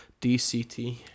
DCT